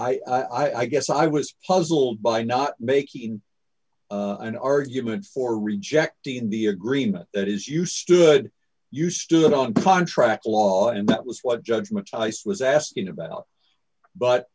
there i guess i was puzzled by not making an argument for rejecting the agreement that is you stood you stood on contract law and that was what judge much ice was asking about but